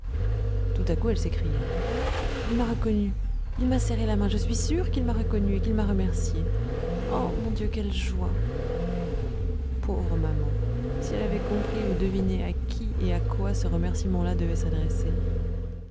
tout à coup elle s'écria il m'a reconnue il m'a serré la main je suis sûr qu'il m'a reconnue et qu'il m'a remerciée oh mon dieu quelle joie pauvre maman si elle avait compris ou deviné à qui et à quoi ce remerciement là devait s'adresser